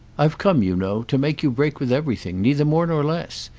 i've come, you know, to make you break with everything, neither more nor less,